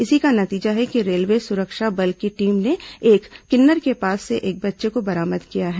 इसी का नतीजा है कि रेलवे सुरक्षा बल की टीम ने एक किन्नर के पास से एक बच्चे को बरामद किया है